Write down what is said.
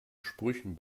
sprüchen